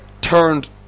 turned